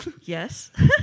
Yes